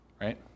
right